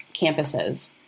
campuses